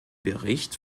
bericht